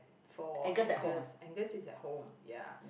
for Angus Angus is at home ya